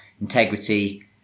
integrity